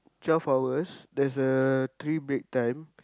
twelve hours there's uh three break time